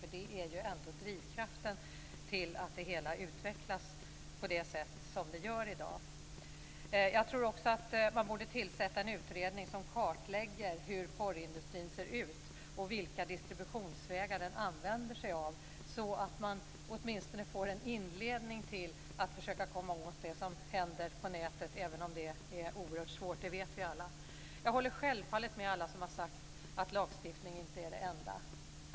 Det är ju ändå drivkraften bakom att det hela utvecklas på det sätt som sker i dag. Jag tror också att man borde tillsätta en utredning som kartlägger hur porrindustrin ser ut och vilka distributionsvägar den använder sig av. Det skulle åtminstone vara en inledning till att försöka komma åt det som händer på nätet, även om vi alla vet att det är oerhört svårt. Jag håller självfallet med alla som har sagt att lagstiftningen inte är det enda.